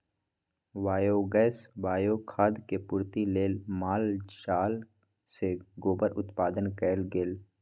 biogas, bio खाद के पूर्ति लेल माल जाल से गोबर उत्पादन कएल गेल